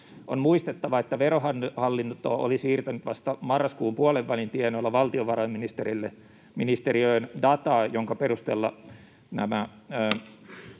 On muistettava, että Verohallinto oli siirtänyt vasta marraskuun puolenvälin tienoilla valtiovarainministerille ministeriöön dataa, jonka perusteella